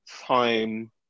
time